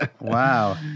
Wow